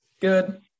Good